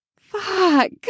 Fuck